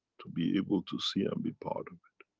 to be able to see and be part of it.